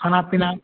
खाना पीना